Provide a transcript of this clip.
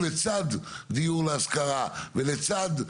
ייאמר, לזכות ענבל וכל הצוות.